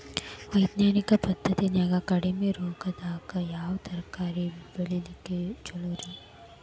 ವೈಜ್ಞಾನಿಕ ಪದ್ಧತಿನ್ಯಾಗ ಕಡಿಮಿ ರೊಕ್ಕದಾಗಾ ಯಾವ ತರಕಾರಿ ಬೆಳಿಲಿಕ್ಕ ಛಲೋರಿ?